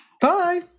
bye